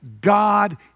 God